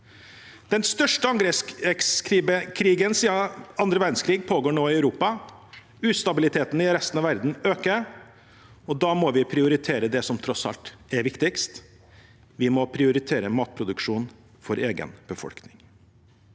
Den største angrepskrigen siden andre verdenskrig pågår nå i Europa. Ustabiliteten i resten av verden øker, og da må vi prioritere det som tross alt er viktigst – vi må prioritere matproduksjon for egen befolkning.